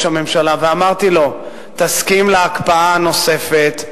הממשלה ואמרתי לו: תסכים להקפאה נוספת,